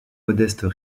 modestes